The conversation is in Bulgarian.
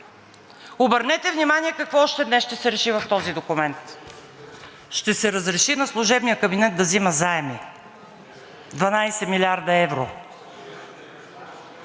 Обърнете внимание какво още ще се реши днес в този документ. Ще се разреши на служебния кабинет да взима заеми – 12 млрд. евро.